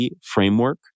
framework